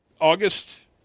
August